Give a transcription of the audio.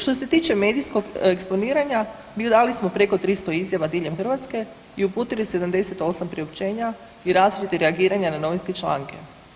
Što se tiče medijskog eksponiranja, dali smo preko 300 izjava diljem Hrvatske i uputili 78 priopćenja i različitih reagiranja na novinske članke.